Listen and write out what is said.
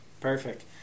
Perfect